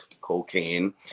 cocaine